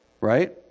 Right